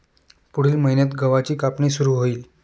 पुढील महिन्यात गव्हाची कापणी सुरू होईल